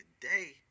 today